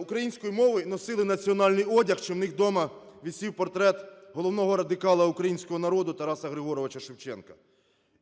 українською мовою і носили національний одяг чи в них вдома висів портрет головного радикала українського народу – Тараса Григоровича Шевченка.